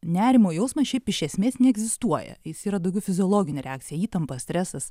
nerimo jausmas šiaip iš esmės neegzistuoja jis yra daugiau fiziologinė reakcija įtampa stresas